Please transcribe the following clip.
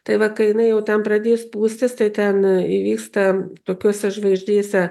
tai va kai jinai jau ten pradės pūstis tai ten įvyksta tokiose žvaigždėse